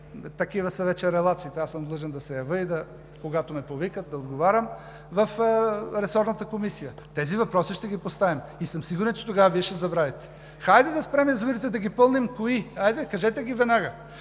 такива са вече релациите – длъжен съм да се явя и когато ме повикат, да отговарям в ресорната комисия. Тези въпроси ще ги поставя и съм сигурен, че тогава Вие ще забравите. Хайде да спрем язовирите да ги пълним – кои, хайде, кажете ги веднага!